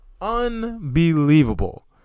Unbelievable